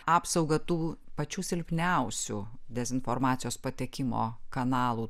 apsaugą tų pačių silpniausių dezinformacijos patekimo kanalų